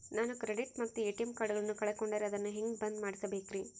ನಾನು ಕ್ರೆಡಿಟ್ ಮತ್ತ ಎ.ಟಿ.ಎಂ ಕಾರ್ಡಗಳನ್ನು ಕಳಕೊಂಡರೆ ಅದನ್ನು ಹೆಂಗೆ ಬಂದ್ ಮಾಡಿಸಬೇಕ್ರಿ?